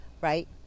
Right